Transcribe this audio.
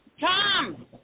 Tom